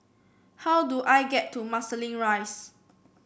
how do I get to Marsiling Rise